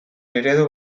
eredu